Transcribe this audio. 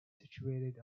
situated